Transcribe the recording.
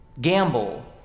gamble